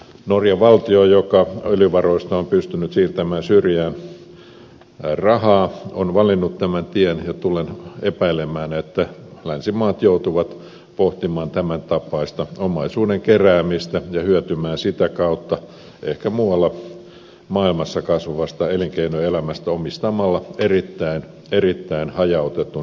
norjan valtio joka öljyvaroista on pystynyt siirtämään syrjään rahaa on valinnut tämän tien ja tulen epäilemään että länsimaat joutuvat pohtimaan tämän tapaista omaisuuden keräämistä ja hyötymään sitä kautta ehkä muualla maailmassa kasvavasta elinkeinoelämästä omistamalla erittäin erittäin hajautetun osakesalkun